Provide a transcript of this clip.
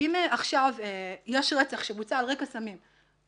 אם עכשיו יש רצח שבוצע על רקע סמים,